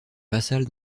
vassal